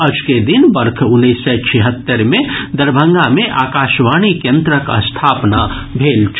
अजुके दिन वर्ष उन्नैस सय छिहत्तरि मे दरभंगा मे आकाशवाणी केन्द्रक स्थापना भेल छल